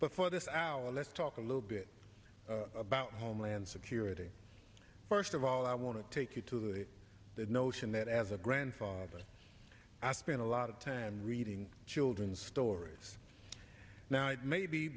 but for this hour let's talk a little bit about homeland security first of all i want to take you to the notion that as a grandfather i spend a lot of time reading children's stories now it may be